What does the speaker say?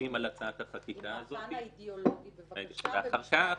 חושבים על הצעת החקיקה הזאת -- עם הפן האידיאולוגי בבקשה ומשפט משווה.